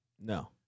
No